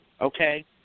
okay